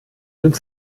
sind